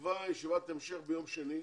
נקבע ישיבת המשך ביום שני,